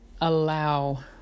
allow